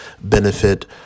benefit